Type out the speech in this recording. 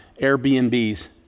Airbnbs